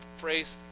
phrase